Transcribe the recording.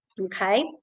Okay